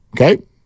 Okay